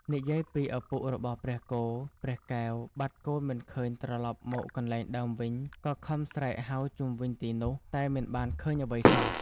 និយាយពីឪពុករបស់ព្រះគោ ព្រះកែវ បាត់កូនមិនឃើញត្រឡប់មកកន្លែងដើមវិញ ក៏ខំស្រែកហៅជុំវិញទីនោះ តែមិនបានឃើញអ្វីសោះ។